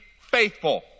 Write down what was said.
faithful